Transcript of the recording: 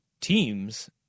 teams